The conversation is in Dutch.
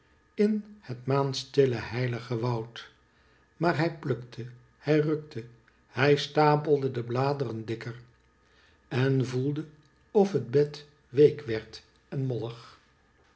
in het maanstille heilige woud maar hij plukte hij rukte hij stapelde de bladeren dikker en voelde of het bed week werd en mollig